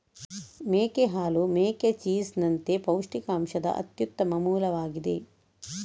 ಮೇಕೆ ಹಾಲು ಮೇಕೆ ಚೀಸ್ ನಂತೆ ಪೌಷ್ಟಿಕಾಂಶದ ಅತ್ಯುತ್ತಮ ಮೂಲವಾಗಿದೆ